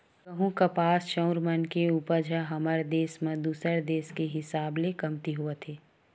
गहूँ, कपास, चाँउर मन के उपज ह हमर देस म दूसर देस के हिसाब ले कमती होवत हे